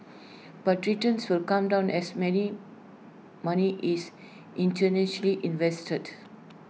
but returns will come down as many money is invested